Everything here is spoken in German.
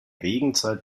regenzeit